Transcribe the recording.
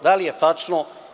Da li je tačno?